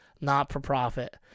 not-for-profit